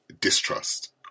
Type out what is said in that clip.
distrust